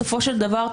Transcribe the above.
בסופו של דבר,